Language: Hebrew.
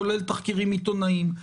כולל תחקירים עיתונאיים,